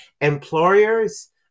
employers